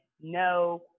no